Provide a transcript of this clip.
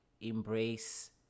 embrace